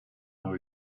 how